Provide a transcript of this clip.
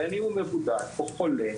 בין אם הוא מבודד או חולה,